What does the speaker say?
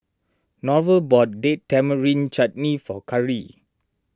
Norval bought Date Tamarind Chutney for Karri